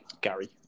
Gary